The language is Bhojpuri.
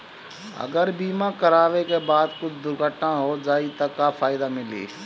अगर बीमा करावे के बाद कुछ दुर्घटना हो जाई त का फायदा मिली?